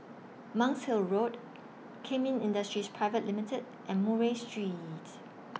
Monk's Hill Road Kemin Industries Pivate Limited and Murray Street